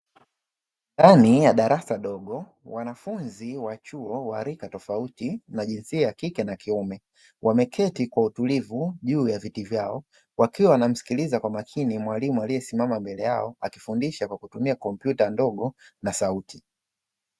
Ndani ya darasa dogo, wanafunzi wa chuo wa rika tofauti na jinsia ya kike na kiume, wameketi kwa utulivu juu ya viti vyao wakiwa wanamsikiliza kwa makini mwalimu aliyesimama mbele yao akifundisha kwa kutumia kompyuta ndogo na sauti.